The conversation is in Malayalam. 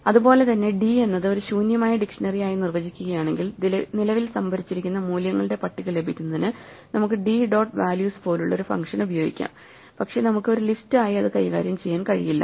അതുപോലെ തന്നെ d എന്നത് ഒരു ശൂന്യമായ ഡിക്ഷണറി ആയി നിർവചിക്കുകയാണെങ്കിൽ നിലവിൽ സംഭരിച്ചിരിക്കുന്ന മൂല്യങ്ങളുടെ പട്ടിക ലഭിക്കുന്നതിന് നമുക്ക് d ഡോട്ട് വാല്യൂസ് പോലുള്ള ഒരു ഫംഗ്ഷൻ ഉപയോഗിക്കാം പക്ഷേ നമുക്ക് ഒരു ലിസ്റ്റ് ആയി അത് കൈകാര്യം ചെയ്യാൻ കഴിയില്ല